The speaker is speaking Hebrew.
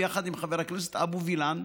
יחד עם חבר הכנסת אבו וילן.